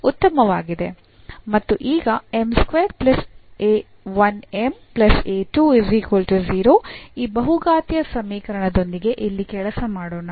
ಮತ್ತು ಈಗ ಈ ಬಹುಘಾತೀಯ ಸಮೀಕರಣದೊಂದಿಗೆ ಇಲ್ಲಿ ಕೆಲಸ ಮಾಡೋಣ